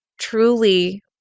truly